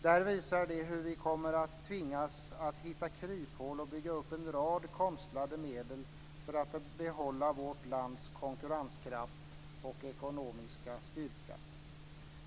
Där visar de hur vi kommer att tvingas att hitta kryphål och bygga upp en rad konstlade medel för att behålla vårt lands konkurrenskraft och ekonomiska styrka.